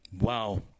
Wow